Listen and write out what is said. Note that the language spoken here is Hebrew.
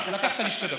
לקחת לי שתי דקות.